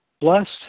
Blessed